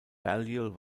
balliol